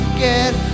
get